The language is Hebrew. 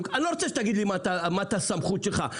אני לא רוצה שתגיד לי מה הסמכות שלך.